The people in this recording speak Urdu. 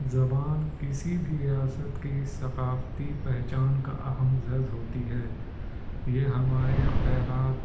زبان کسی بھی ریاست کی ثقافتی پہچان کا اہم زز ہوتی ہے یہ ہمارے خیالات